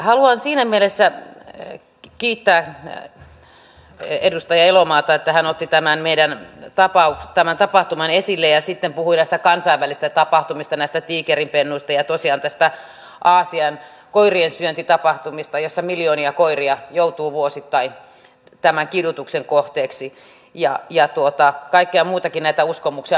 haluan siinä mielessä kiittää edustaja elomaata että hän otti tämän tapahtuman esille ja sitten puhui näistä kansainvälisistä tapahtumista näistä tiikerinpennuista ja tosiaan näistä aasian koiriensyöntitapahtumista joissa miljoonia koiria joutuu vuosittain tämän kidutuksen kohteeksi ja kaikkia muitakin näitä uskomuksia